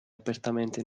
apertamente